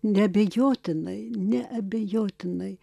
neabejotinai neabejotinai